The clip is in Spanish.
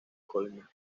colima